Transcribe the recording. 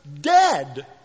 dead